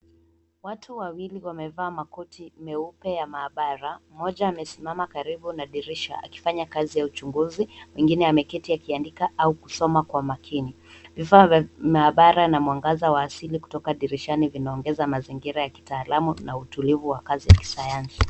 Watu wawili wamevaa makoti meupe ya maabara, mmoja amesimama karibu na dirisha akifanya kazi ya uchunguzi. Mwengine ameketia akiandika au kusoma kwa makini. Vifaa vya maabara na mwangaza wa asili kutoka dirishani vinaongeza mazingira ya kitaalamu na utulivu wa kazi ya kisayansi.